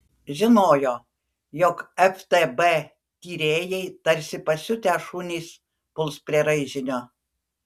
žinojo jog ftb tyrėjai tarsi pasiutę šunys puls prie raižinio